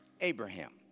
Abraham